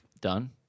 done